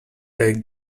tech